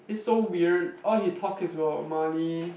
he's so weird all he talk is about money